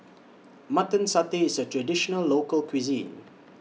Mutton Satay IS A Traditional Local Cuisine